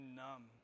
numb